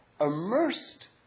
immersed